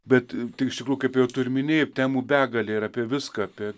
bet tai iš tikrųjų kaip jau tu ir minėjai temų begalė ir apie viską apie